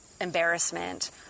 embarrassment